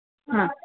ಹಾಂ